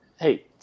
Hey